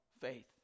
faith